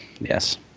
yes